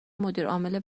مدیرعامل